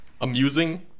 amusing